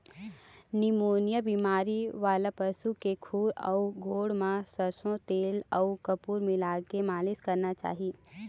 pneumonia बेमारी वाला पशु के खूर अउ गोड़ म सरसो तेल अउ कपूर मिलाके मालिस करना चाही